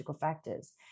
factors